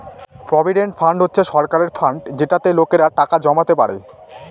provident fund হচ্ছে সরকারের fund যেটাতে লোকেরা টাকা জমাতে পারে